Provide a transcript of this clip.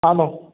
ആന്നോ